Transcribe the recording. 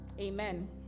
Amen